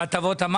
של הטבות המס?